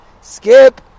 skip